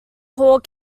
core